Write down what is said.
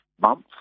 months